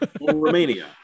romania